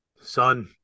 son